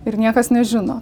ir niekas nežino